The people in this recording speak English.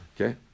Okay